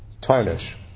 tarnish